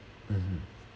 mmhmm